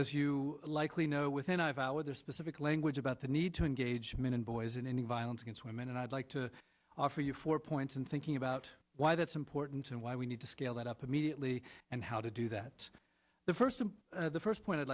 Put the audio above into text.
as you likely know within a half hour their specific language about the need to engage men and boys in any violence against women and i'd like to offer you four points in thinking about why that's important and why we need to scale that up immediately and how to do that the first the first point i'd